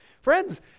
Friends